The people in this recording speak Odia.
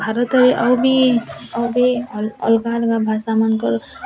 ଭାରତରେ ଆଉ ବି ଆଉ ବି ଅଲଗା ଅଲଗା ଭାଷାମାନଙ୍କର